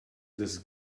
this